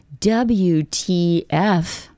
WTF